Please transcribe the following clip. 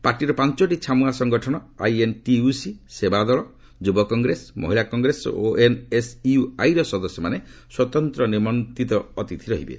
ପାର୍ଟିର ପାଞ୍ଚୋଟି ଛାମୁଆ ସଂଗଠନ ଆଇଏନ୍ଟିୟୁସି ସେବାଦଲ ଯୁବ କଂଗ୍ରେସ ମହିଳାକଂଗ୍ରେସ ଓ ଏନ୍ଏସ୍ୟୁଆଇ ର ସଦସ୍ୟମାନେ ସ୍ୱତନ୍ତ୍ର ନିମନ୍ତ୍ରିତ ସଦସ୍ୟ ରହିବେ